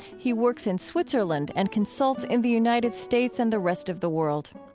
he works in switzerland and consults in the united states and the rest of the world.